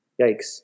Yikes